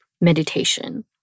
meditation